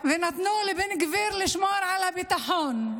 ונתנו לבן גביר לשמור על הביטחון,